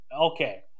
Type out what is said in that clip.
Okay